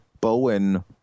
Bowen